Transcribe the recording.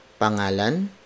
pangalan